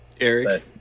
Eric